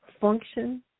function